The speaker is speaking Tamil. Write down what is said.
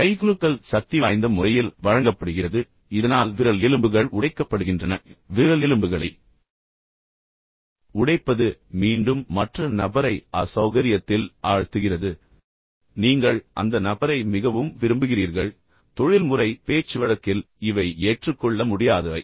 எனவே கைகுலுக்கல் மிகவும் சக்திவாய்ந்த முறையில் வழங்கப்படுகிறது இதனால் விரல் எலும்புகள் உடைக்கப்படுகின்றன விரல் எலும்புகளை உடைப்பது மீண்டும் மற்ற நபரை அசௌகரியத்தில் ஆழ்த்துகிறது நீங்கள் மிகவும் வலிமையானவர் என்பதைக் காட்டுகிறது பின்னர் நீங்கள் அந்த நபரை மிகவும் விரும்புகிறீர்கள் ஆனால் தொழில்முறை பேச்சுவழக்கில் இவை ஏற்றுக்கொள்ள முடியாதவை